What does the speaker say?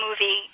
movie